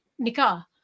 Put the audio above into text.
nikah